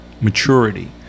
maturity